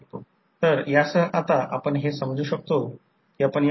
तर त्या बाबतीत R2 R1 K 2 हे X2 X1 K 2 असायला हवे होते